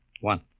One